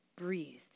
breathed